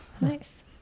Nice